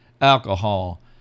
alcohol